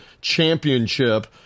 championship